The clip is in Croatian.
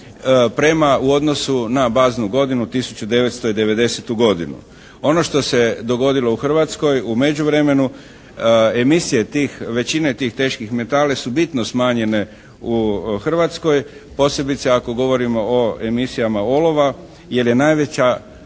prema, u odnosu na baznu godinu 1990.godinu. Ono što se dogodilo u Hrvatskoj u međuvremenu, emisije tih većine tih teških metala su bitno smanjene u Hrvatskoj posebice ako govorimo o emisijama olova jer je najveća